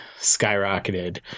skyrocketed